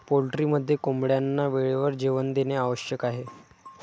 पोल्ट्रीमध्ये कोंबड्यांना वेळेवर जेवण देणे आवश्यक आहे